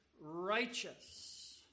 righteous